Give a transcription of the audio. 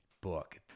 book